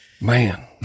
Man